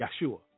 Yahshua